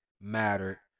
mattered